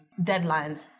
deadlines